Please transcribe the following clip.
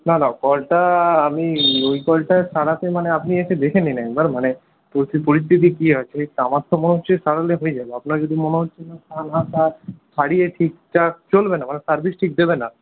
না না কলটা আমি ওই কলটা সারাতে মানে আপনি এসে দেখে নিন একবার মানে পরিস্থিতি কি আছে আমার তো মনে হচ্ছে সারালে হয়ে যাবে আপনার যদি মনে হচ্ছে যে সারিয়ে ঠিকঠাক চলবে না মানে সার্ভিস ঠিক দেবে না